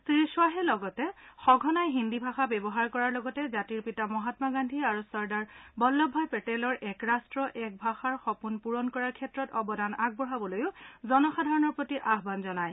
শ্ৰীখাহে লগতে সঘনাই হিন্দী ভাষা ব্যৱহাৰ কৰাৰ লগতে জাতিৰ পিতা মহামা গান্ধী আৰু চৰ্দাৰ বল্লভ ভাই পেটেলৰ এক ৰাষ্ট এক ভাষাৰ সপোন পূৰণ কৰাৰ ক্ষেত্ৰত অৱদান আগবঢ়াবলৈ জনসাধাৰণৰ প্ৰতি আহান জনায়